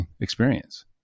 experience